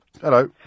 Hello